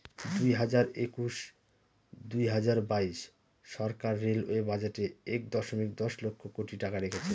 দুই হাজার একুশ দুই হাজার বাইশ সরকার রেলওয়ে বাজেটে এক দশমিক দশ লক্ষ কোটি টাকা রেখেছে